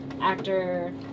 actor